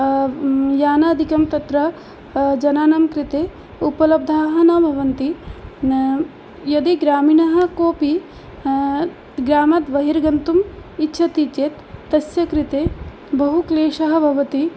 यानादिकं तत्र जनानां कृते उपलब्धाः न भवन्ति न यदि ग्रामीणः कोपि ग्रामात् बहिर्गन्तुम् इच्छति चेत् तस्यकृते बहुक्लेशः भवति